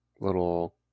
little